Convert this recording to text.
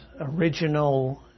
original